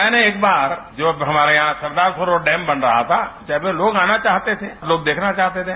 मैंने एक बार जब हमारे यहां सरदार सरोवर डैम बन रहा था डैम पर लोग आना चाहते थे लोग देखना चाहते थे